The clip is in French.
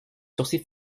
sourcils